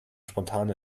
spontane